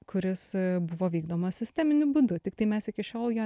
kuris buvo vykdomas sisteminiu būdu tiktai mes iki šiol jo